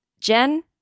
Jen